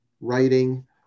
writing